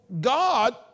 God